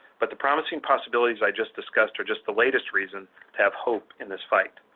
but the promising possibilities i just discussed are just the latest reason to have hope in this fight.